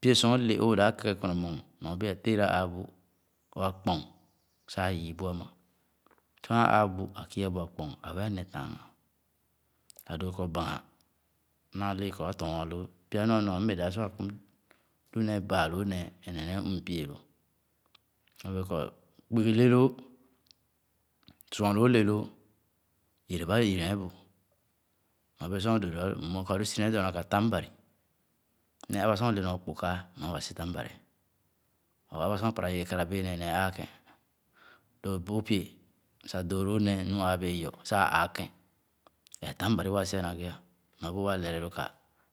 Pye-sor o´le, oodãh kege kwene mong nɔ bèè ã teera ãã bu o´akpong sah à yii bu´am. Sor ãã àà bu, à yü´a bu akpong sah a´bèè aheh taaghàn ã dòr kɔ bãghàn naa lee kɔ a´tɔɔn a´loo. Pya nu anua m´bèè dãb si wèè kum, lu néé bàà lõõ néé neh néé mm̃pie lõ, nyorbèè kɔ kpugi le lõõ. Sua lõõ le loo, yereba yii ne bu nyorbee. Sor o´dõõ wõ, m´mue kɔ a`lõ si nee dɔɔna ka tãn, Bari. Nee abà sor o´le nɔ kpo-kae nɔ̃ waa si tam Bari but abà sor o´para yere kàrà bèè nèè, nèè ãã kẽn, lõ o´dõõ pie sah dõõ lõõ néé nu ãã bèè yɔ sah à aa kẽn, ee tam. Bari wah si´a na ghe nɔ bèè waa lɛla ye lõ gha,